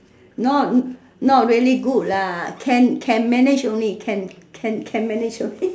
not not really good lah can can manage only can can can manage